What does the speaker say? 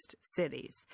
cities